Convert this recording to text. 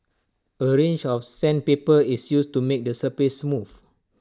A range of sandpaper is used to make the surface smooth